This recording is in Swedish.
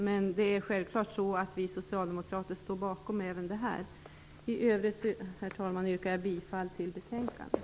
Men självfallet står vi socialdemokrater bakom även den. Herr talman! I övrigt yrkar jag bifall till hemställan i betänkandet.